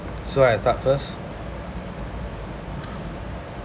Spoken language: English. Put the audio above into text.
so I start first